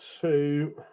two